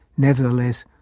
nevertheless,